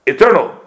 Eternal